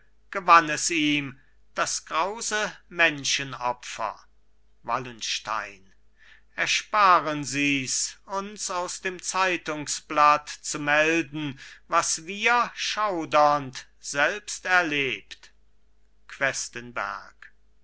gewann es ihm das grause menschenopfer wallenstein ersparen sies uns aus dem zeitungsblatt zu melden was wir schaudernd selbst erlebt questenberg